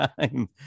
time